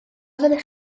fyddech